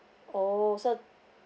oh so